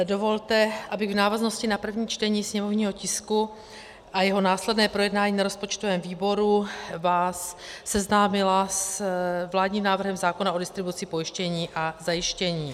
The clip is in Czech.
Dovolte, abych v návaznosti na první čtení sněmovního tisku a jeho následné projednání na rozpočtovém výboru vás seznámila s vládním návrhem zákona o distribuci pojištění a zajištění.